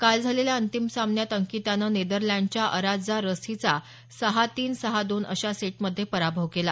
काल झालेल्या अंतिम सामन्यात अंकितानं नेदरलंडच्या अरांत्जा रस हिचा सहा तीन सहा दोन अशा सेटमधे पराभव केला